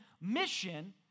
mission